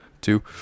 two